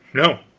no,